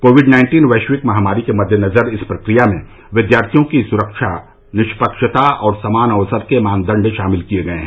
Covid nineteen वैश्विक महामारी के मद्देनजर इस प्रक्रिया में विद्यार्थियों की सुरक्षा निष्पक्षता और समान अवसर के मानदंड शामिल किए गए हैं